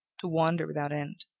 to wander without end.